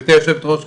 גברתי היושבת-ראש,